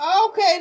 Okay